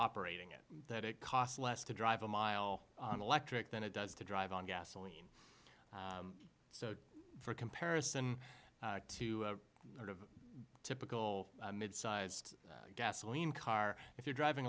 operating it that it costs less to drive a mile on electric than it does to drive on gasoline so for comparison to a typical mid sized gasoline car if you're driving